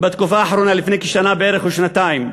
בתקופה האחרונה, לפני שנה בערך או שנתיים,